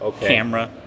camera